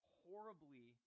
horribly